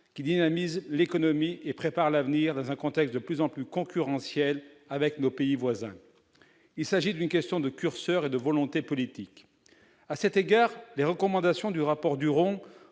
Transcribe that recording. qui dynamisent l'économie et préparent l'avenir, dans un contexte de plus en plus concurrentiel avec nos voisins. Il s'agit d'une question de curseur et de volonté politique. À cet égard, les recommandations du rapport Duron